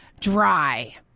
dry